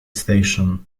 station